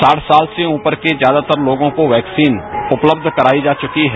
साठ साल से ऊपर के ज्यादातर लोगों को वैक्सीन उपलब्ध कराई जो चुकी है